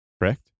correct